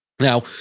Now